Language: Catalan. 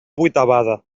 vuitavada